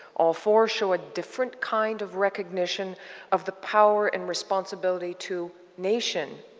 all four show a different kind of recognition of the power and responsibility to nation,